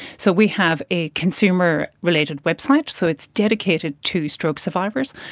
so we have a consumer related website, so it's dedicated to stroke survivors,